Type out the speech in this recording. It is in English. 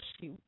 shoot